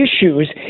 issues